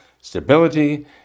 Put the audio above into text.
stability